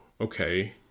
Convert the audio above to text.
okay